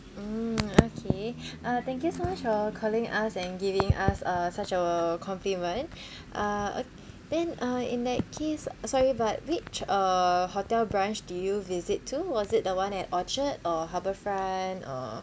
mm okay uh thank you so much for calling us and giving us uh such a compliment uh then uh in that case sorry but which uh hotel branch did you visit to was it the one at orchard or harbourfront or